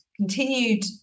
continued